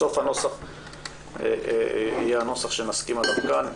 בסוף הנוסח יהיה הנוסח שנסכים עליו כאן.